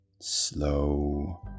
slow